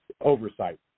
oversight